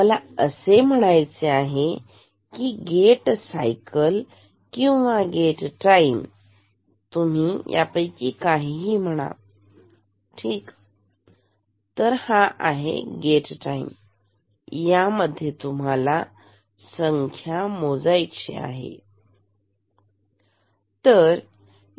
मला म्हणायचे आहे गेट सायकल किंवा गेट टाईम तुम्ही काहीही म्हणा ठीक तर हा आहे गेट टाईम यामध्ये तुम्हाला संख्या मोजायची आहे